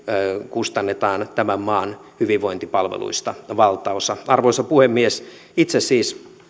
kustannetaan tämän maan hyvinvointipalveluista valtaosa arvoisa puhemies itse siis